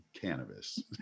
cannabis